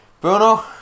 Bruno